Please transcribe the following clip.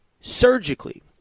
surgically